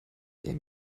der